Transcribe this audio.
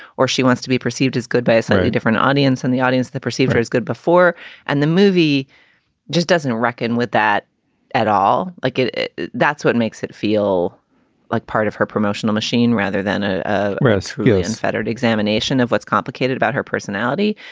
or she wants to be perceived as good by a slightly different audience. and the audience the procedure is good before and the movie just doesn't reckon with that at all like it. that's what makes it feel like part of her promotional machine rather than ah a really unfettered examination of what's complicated about her personality.